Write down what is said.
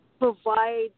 provide